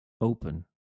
open